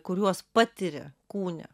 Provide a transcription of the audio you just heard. kuriuos patiria kūne